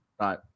Right